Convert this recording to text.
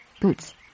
Boots